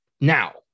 now